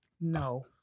No